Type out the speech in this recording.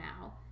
now